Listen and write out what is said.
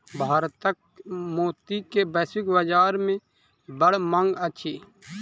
भारतक मोती के वैश्विक बाजार में बड़ मांग अछि